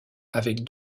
avec